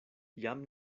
jam